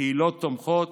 קהילות תומכות,